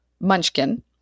Munchkin